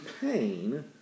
pain